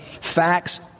facts